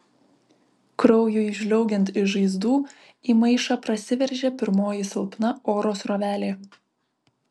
kraujui žliaugiant iš žaizdų į maišą prasiveržė pirmoji silpna oro srovelė